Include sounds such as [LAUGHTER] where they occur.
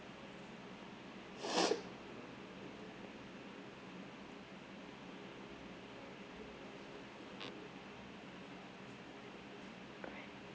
[NOISE]